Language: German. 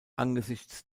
angesichts